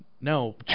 no